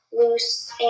loose